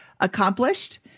accomplished